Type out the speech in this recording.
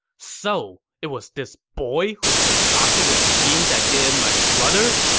so it was this boy who concocted the scheme that did in my brother!